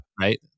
right